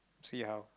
see how